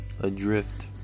Adrift